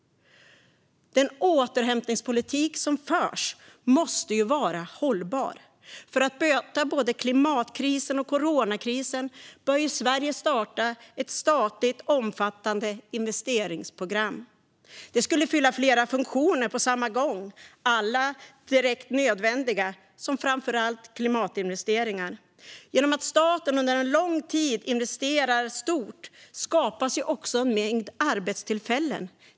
Den återhämtningspolitik som förs måste vara hållbar. För att möta både klimatkrisen och coronakrisen bör Sverige starta ett omfattande statligt investeringsprogram. Det skulle fylla flera funktioner på samma gång, alla direkt nödvändiga, som framför allt klimatinvesteringar. Genom att staten under lång tid investerar stort skapas också en mängd arbetstillfällen.